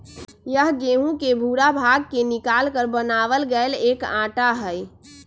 यह गेहूं के भूरा भाग के निकालकर बनावल गैल एक आटा हई